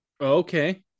okay